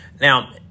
Now